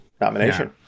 nomination